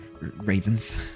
ravens